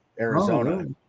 Arizona